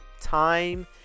time